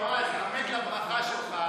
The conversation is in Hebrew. יועז, את הברכה שלך.